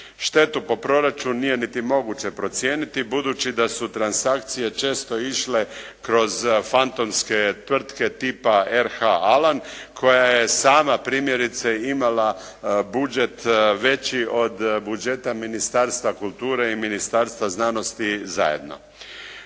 Štetu po proračunu nije niti moguće procijeniti, budući da su transakcije često išle kroz fantomske tvrtke tipa "RH Alan", koja je sama primjerice imala budžet veći od budžeta Ministarstva kulture i Ministarstva znanosti zajedno.